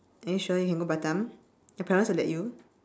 are you sure you can go batam your parents will let you